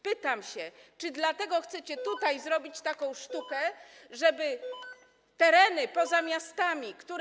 Pytam: Czy dlatego chcecie tutaj zrobić taką sztukę, żeby tereny poza miastami, które.